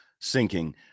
sinking